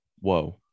Whoa